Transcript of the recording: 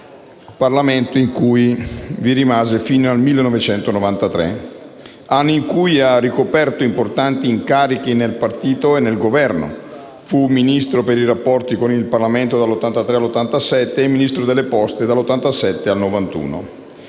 Parlamento è rimasto fino al 1993. Sono anni in cui ha ricoperto importanti incarichi nel partito e nel Governo. Fu Ministro per i rapporti con il Parlamento dal 1983 al 1987 e Ministro delle poste dal 1987 al 1991: